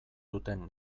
duten